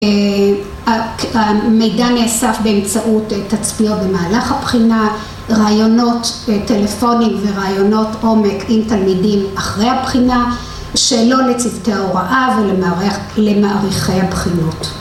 המידע נאסף באמצעות תצפיות במהלך הבחינה, ראיונות טלפונית וראיונות עומק עם תלמידים אחרי הבחינה, שלא לצוותי ההוראה ולמעריכי הבחינות